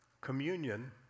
Communion